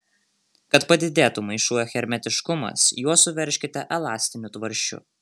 kad padidėtų maišų hermetiškumas juos suveržkite elastiniu tvarsčiu